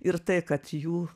ir tai kad jų